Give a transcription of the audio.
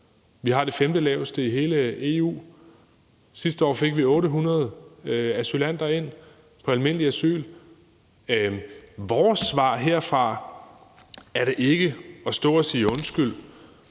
Vi har det femtelaveste i hele EU. Sidste år fik vi 800 asylanter ind på almindeligt asyl. Vores svar herfra er da ikke at stå og sige undskyld